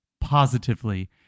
positively